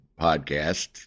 podcast